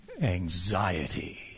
anxiety